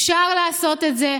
אפשר לעשות את זה.